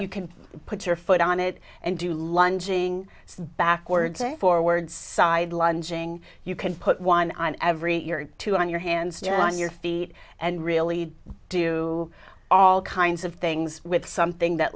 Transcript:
you can put your foot on it and do lunging backwards or forwards side lunging you can put one on every year or two on your hands on your feet and really do all kinds of things with something that